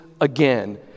again